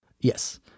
Yes